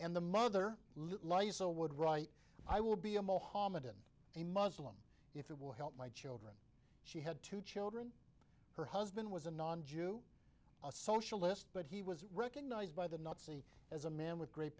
and the mother lies so would write i will be a mahommedan a muslim if it will help my child she had two children her husband was a non jew a socialist but he was recognized by the nazi as a man with great